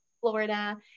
florida